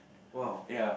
!wow!